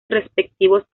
respectivos